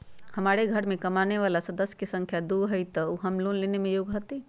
हमार घर मैं कमाए वाला सदस्य की संख्या दुगो हाई त हम लोन लेने में योग्य हती?